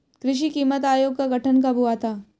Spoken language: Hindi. कृषि कीमत आयोग का गठन कब हुआ था?